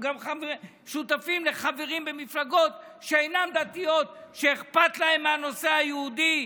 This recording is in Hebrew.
ושותפים גם לחברים במפלגות שאינן דתיות שאכפת להן מהנושא היהודי,